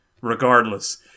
regardless